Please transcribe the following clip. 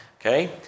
Okay